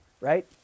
right